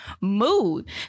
mood